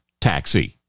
taxi